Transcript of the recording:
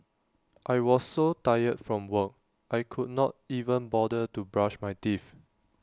I was so tired from work I could not even bother to brush my teeth